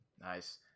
Nice